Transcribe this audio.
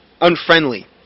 unfriendly